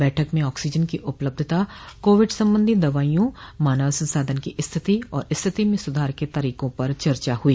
बैठक में ऑक्सीजन की उपलब्यता कोविड संबंधी दवाईयों मानव संसाधन की स्थिति और स्थिति में सुधार के तरोकों पर चर्चा हुई